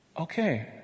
okay